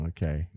Okay